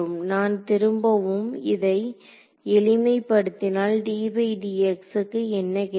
நான் திரும்பவும் இதை எளிமைப்படுத்தினால் க்கு என்ன கிடைக்கும்